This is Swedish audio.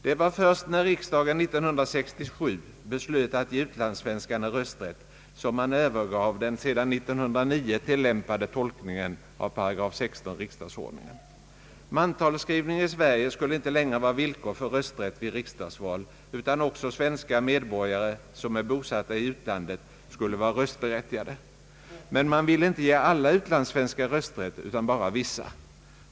Det var först när riksdagen 1967 beslöt att ge utlandssvenskarna rösträtt som man övergav den sedan 1909 tilllämpade tolkningen av § 16 riksdagsordningen. Mantalsskrivning i Sverige skulle inte längre vara villkor för rösträtt vid riksdagsval, utan också svenska medborgare som är bosatta i utlandet skulle vara röstberättigade, men man vill inte ge alla utlandssvenskar rösträtt utan bara vissa.